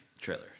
trailer